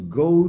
go